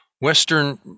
western